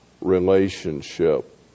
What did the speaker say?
relationship